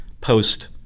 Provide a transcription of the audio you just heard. post